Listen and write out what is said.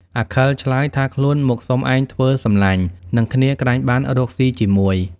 អាខិលឆ្លើយ ថាខ្លួនមកសុំឯងធ្វើសំឡាញ់នឹងគ្នាក្រែងបានរកស៊ីជាមួយ។